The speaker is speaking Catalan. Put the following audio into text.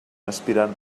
aspirant